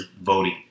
voting